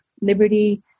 liberty